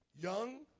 Young